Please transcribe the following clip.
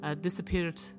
disappeared